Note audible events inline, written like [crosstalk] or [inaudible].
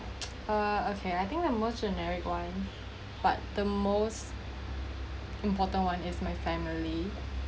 [noise] ah okay I think the most generic one but the most important one is my family